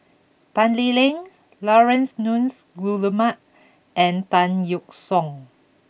Tan Lee Leng Laurence Nunns Guillemard and Tan Yeok Seong